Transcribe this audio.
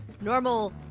normal